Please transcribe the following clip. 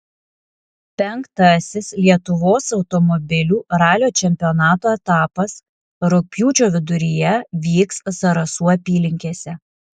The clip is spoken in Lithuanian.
penktasis lietuvos automobilių ralio čempionato etapas rugpjūčio viduryje vyks zarasų apylinkėse